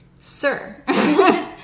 sir